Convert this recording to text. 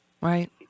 Right